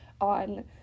on